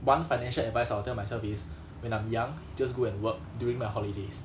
one financial advice I will tell myself is when I'm young just go and work during my holidays